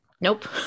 Nope